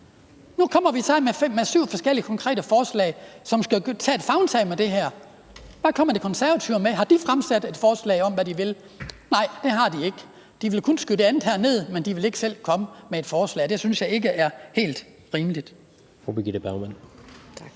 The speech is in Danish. Nu kommer vi så med syv konkrete forslag, som skal tage livtag med det her. Hvad kommer De Konservative med? Har de fremsat et forslag om, hvad de vil? Nej, det har de ikke. De vil kun skyde det her ned – de vil ikke selv komme med et forslag, og det synes jeg ikke er helt rimeligt. Kl. 13:16 Tredje